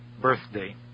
birthday